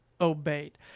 obeyed